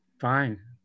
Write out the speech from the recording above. Fine